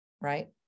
right